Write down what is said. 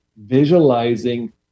visualizing